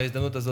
בהזדמנות הזאת,